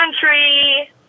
country